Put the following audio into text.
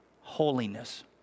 holiness